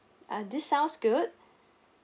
uh this sounds good